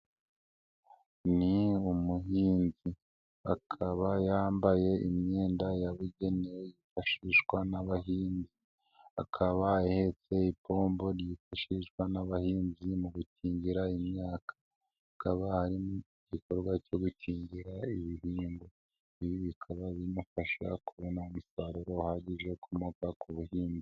Ni umuhinzi akaba yambaye imyenda yabugenewe yifashishwa n'abahinzi, akaba ahetse ipombo ryifashishwa n'abahinzi mu gukingira imyaka, akaba ari mu igikorwa cyo gukingira ibi bihingwa, ibi bikaba bibafasha kubona umusaruro uhagije ukomoka ku buhinzi.